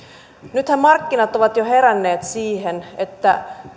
nythän markkinat ovat jo heränneet siihen että